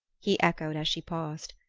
he echoed as she paused.